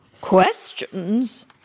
Questions